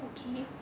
okay